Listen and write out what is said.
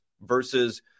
versus